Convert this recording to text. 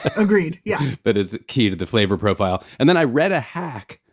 agreed, yeah but it's key to the flavor profile. and then i read a hack,